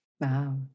Wow